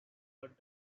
heart